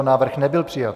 Návrh nebyl přijat.